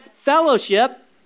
Fellowship